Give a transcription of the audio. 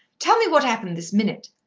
tell me what happened, this minute.